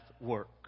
work